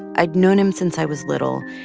i'd known him since i was little.